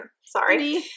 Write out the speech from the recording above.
sorry